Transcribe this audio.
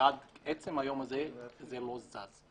ועד עצם היום הזה זה לא בוצע.